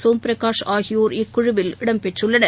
சோம் பிரகாஷ் ஆகியோர் இக்குழுவில் இடம் பெற்றுள்ளனர்